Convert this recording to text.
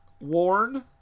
warn